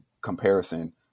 comparison